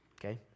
okay